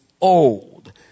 old